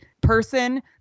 person